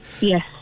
yes